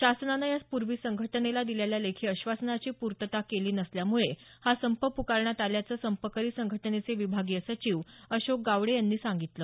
शासनानं या पूर्वी संघटनेला दिलेल्या लेखी आश्वासनाची पूर्तता केली नसल्यामुळे हा संप प्रकारण्यात आल्याचं संपकरी संघटनेचे विभागीय सचिव अशोक गावडे यांनी सांगितलं